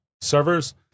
servers